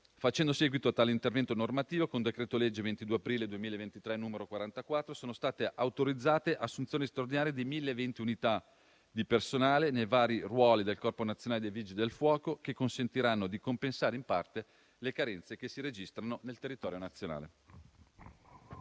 Facendo seguito a tale intervento normativo, con decreto-legge 22 aprile 2023, n. 44, sono state autorizzate assunzioni straordinarie di 1.020 unità di personale nei vari ruoli del Corpo nazionale dei vigili del fuoco, che consentiranno di compensare in parte le carenze che si registrano nel territorio nazionale.